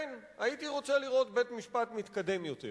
כן, הייתי רוצה לראות בית-משפט מתקדם יותר.